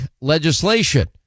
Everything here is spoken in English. legislation